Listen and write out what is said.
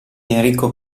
enrico